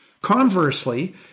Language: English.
Conversely